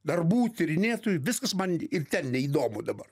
darbų tyrinėtojų viskas man ir ten neįdomu dabar